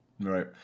Right